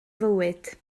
fywyd